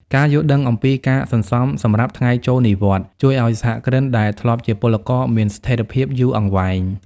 ការយល់ដឹងអំពី "ការសន្សំសម្រាប់ថ្ងៃចូលនិវត្តន៍" ជួយឱ្យសហគ្រិនដែលធ្លាប់ជាពលករមានស្ថិរភាពយូរអង្វែង។